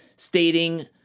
stating